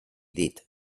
dit